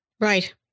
Right